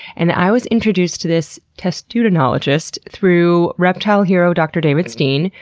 and i was introduced to this testudinologist through reptile hero dr. david steen,